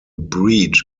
breed